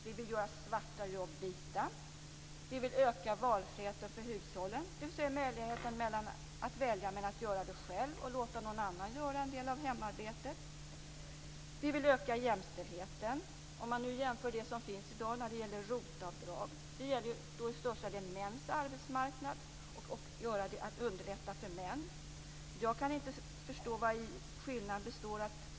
Vi vill göra svarta jobb vita. Vi vill öka valfriheten för hushållen, dvs. möjligheten att välja mellan att göra det själv och låta någon annan göra en del av hemarbetet. Vi vill öka jämställdheten. Man kan jämföra med det som finns i dag, dvs. ROT-avdrag. De gäller till största delen mäns arbetsmarknad och att underlätta för män. Jag kan inte förstå vari skillnaden består.